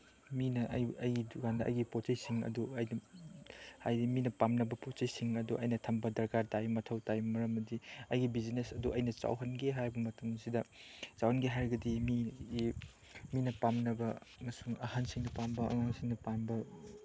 ꯃꯤꯅ ꯑꯩꯒꯤ ꯗꯨꯀꯥꯟꯗ ꯑꯩꯒꯤ ꯄꯣꯠ ꯆꯩꯁꯤꯡ ꯑꯗꯨ ꯍꯥꯏꯗꯤ ꯃꯤꯅ ꯄꯥꯝꯅꯕ ꯄꯣꯠ ꯆꯩꯁꯤꯡ ꯑꯗꯨ ꯑꯩꯅ ꯊꯝꯕ ꯗꯔꯀꯥꯔ ꯇꯥꯏ ꯃꯊꯧ ꯇꯥꯏ ꯃꯔꯝꯗꯤ ꯑꯩꯒꯤ ꯕꯤꯖꯤꯅꯦꯁ ꯑꯗꯨ ꯑꯩꯅ ꯆꯥꯎꯍꯟꯒꯦ ꯍꯥꯏꯕ ꯃꯇꯝꯁꯤꯗ ꯆꯥꯎꯍꯟꯒꯦ ꯍꯥꯏꯔꯒꯗꯤ ꯃꯤꯒꯤ ꯃꯤꯅ ꯄꯥꯝꯅꯕ ꯑꯃꯁꯨꯡ ꯑꯍꯟꯁꯤꯡꯅ ꯄꯥꯝꯕ ꯑꯉꯥꯡꯁꯤꯡꯅ ꯄꯥꯝꯕ